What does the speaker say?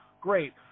great